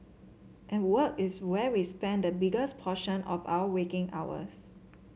and work is where we spend the biggest portion of our waking hours